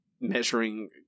measuring